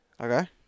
Okay